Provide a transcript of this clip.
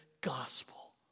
gospel